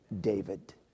David